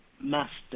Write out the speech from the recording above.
master